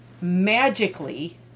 magically